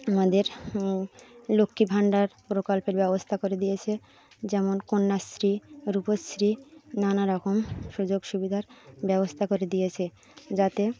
আমাদের লক্ষ্মী ভান্ডার প্রকল্পের ব্যবস্থা করে দিয়েছে যেমন কন্যাশ্রী রূপশ্রী নানা রকম সুযোগ সুবিধার ব্যবস্থা করে দিয়েছে যাতে